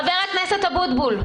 חבר הכנסת אבוטבול,